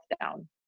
down